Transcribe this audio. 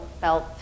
felt